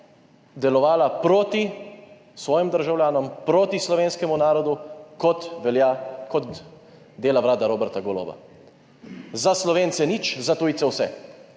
delovala proti svojim državljanom, proti slovenskemu narodu, kot dela vlada Roberta Goloba. Za Slovence nič, za tujce vse.